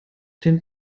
den